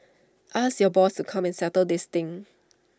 ask your boss to come and settle this thing